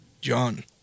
John